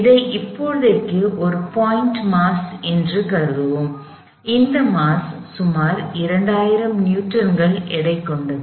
இதை இப்போதைக்கு ஒரு பாயிண்ட் மாஸ் என்று கருதுவோம் இந்த மாஸ் சுமார் 2000 நியூட்டன்கள் எடை கொண்டது